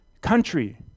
country